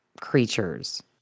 creatures